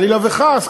חלילה וחס,